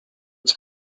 its